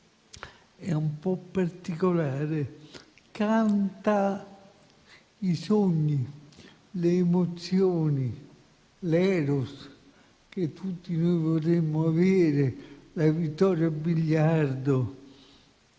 è un po' particolare: canta i sogni, le emozioni, l'*eros* che tutti noi vorremmo avere, la vittoria a biliardo;